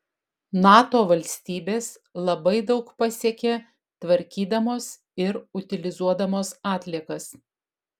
nato valstybės labai daug pasiekė tvarkydamos ir utilizuodamos atliekas